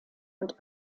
und